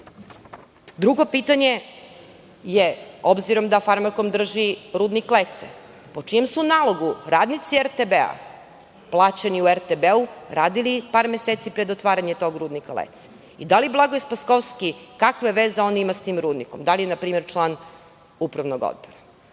pitanje je, da s obzirom da "Farmakom" drži rudnik Lece, po čijem su nalogu radnici RTB plaćeni u RTB, radili par meseci pred otvaranje tog rudnika Lece. Da li Blagoje Spaskovski, kave veze on ima sa tim rudnikom? Da li je na primer član Upravnog odbora? Svaki